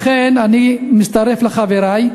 אני מצטרף לחברי,